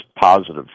positive